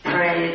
Pray